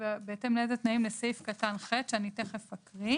ובהתאם לאיזה תנאים לסעיף (ח) שתיכף אקריא,